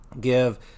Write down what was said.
give